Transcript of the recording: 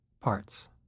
parts